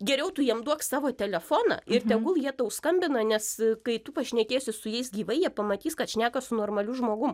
geriau tu jiem duok savo telefoną ir tegul jie tau skambina nes kai tu pašnekėsi su jais gyvai jie pamatys kad šneka su normaliu žmogum